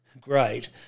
great